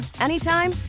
anytime